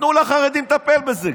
תנו לחרדים לטפל בזה.